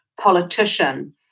politician